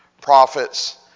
prophets